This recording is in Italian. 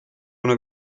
una